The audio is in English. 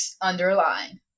underline